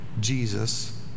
Jesus